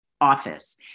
office